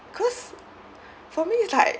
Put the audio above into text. because for me it's like